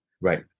right